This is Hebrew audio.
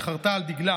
שחרתה על דגלה